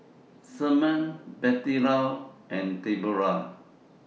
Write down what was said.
Sherman Bettylou and Debora